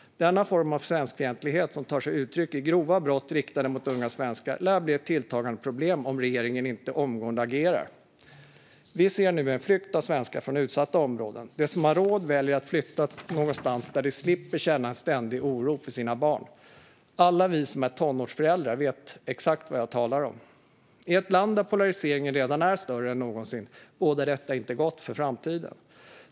Denna form av svenskfientlighet som tar sig utryck i grova brott riktade mot unga svenskar lär bli ett tilltagande problem om regeringen inte omgående agerar. Vi ser nu en flykt av svenskar från utsatta områden. De som har råd väljer att flytta någonstans där de slipper känna en ständig oro för sina barn. Alla som är tonårsföräldrar vet exakt vad jag talar om. I ett land där polariseringen redan är större än någonsin bådar detta inte gott för framtiden.